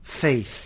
faith